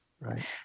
right